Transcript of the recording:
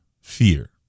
fear